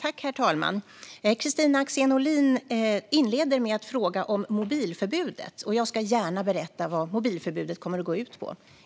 Herr talman! Kristina Axén Olin inleder med att fråga om mobilförbudet, och jag ska gärna berätta vad mobilförbudet kommer att gå ut på.